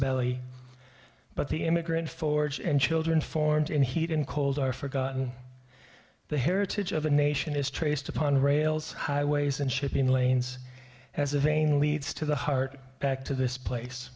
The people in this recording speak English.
belly but the immigrant forged and children formed and heat and cold are forgotten the heritage of a nation is traced upon rails highways and shipping lanes as a vein leads to the heart back to this place